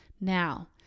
now